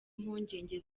impungenge